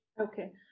Okay